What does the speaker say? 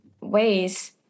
ways